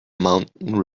mountain